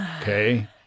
Okay